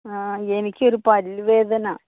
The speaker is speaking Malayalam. ആ എനിക്ക് ഒരു പല്ല് വേദന